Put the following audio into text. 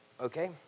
Okay